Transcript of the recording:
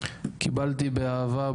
קיבלתי באהבה,